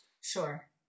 Sure